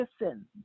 listen